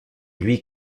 lui